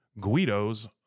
Guido's